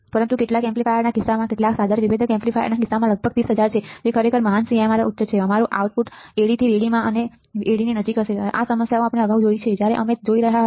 પરંતુ કેટલાક એમ્પ્લીફાયરના કિસ્સામાં કેટલાક સાધન અને વિભેદક એમ્પ્લીફાયરના કિસ્સામાં આ લગભગ 300000 છે જે ખરેખર મહાન CMRR ઉચ્ચ છે અમારું આઉટપુટ AD થી VD માં AD ની નજીક હશે અમે સમસ્યાઓ અગાઉ જોઈ છે જ્યારે અમે જોઈ રહ્યા હતા